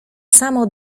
samo